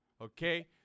okay